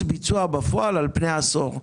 בפועל על פני עשור.